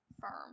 firm